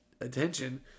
attention